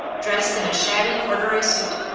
dressed in a shabby corduroy suit,